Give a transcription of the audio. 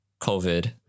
COVID